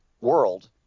world